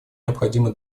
необходимо